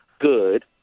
good